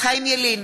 חיים ילין,